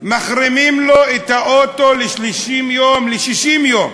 מחרימים לו את האוטו ל-30 יום, ל-60 יום,